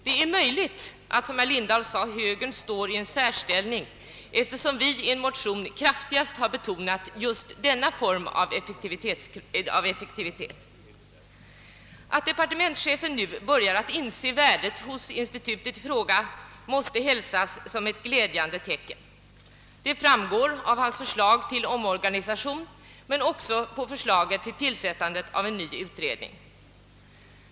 Det är möjligt, som herr Lindahl sade att högern här står i en särställning, eftersom vi i en motion kraftigt betonat just denna form av effektivitet. Att departementschefen nu börjar inse värdet av institutet i fråga är ett glädjande tecken. Det framgår av hans förslag till omorganisation men också av förslaget till ny utredning.